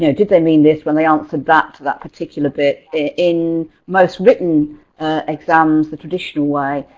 you know did they mean this when they answered that to that particular bit in most written exams, the traditional way.